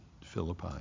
Philippi